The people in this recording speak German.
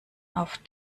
auf